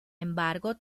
embargo